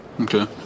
Okay